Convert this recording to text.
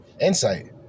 insight